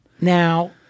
Now